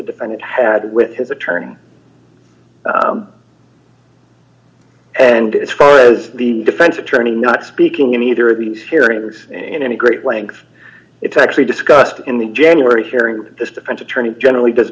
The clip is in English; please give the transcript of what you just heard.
defendant had with his attorney and as far as the defense attorney not speaking in either of these hearings in any great length it's actually discussed in the january hearing the defense attorney generally does